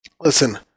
listen